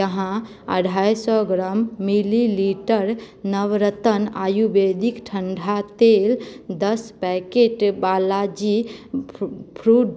अहाँ अढ़ाइ सए ग्राम मिलीलीटर नवरत्न आयुर्वेदिक ठण्डा तेल दस पैकेट बालाजी फूड्स